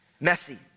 messy